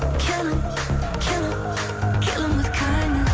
kill kill kill em with kindness